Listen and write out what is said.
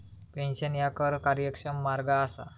pension ह्या कर कार्यक्षम मार्ग असा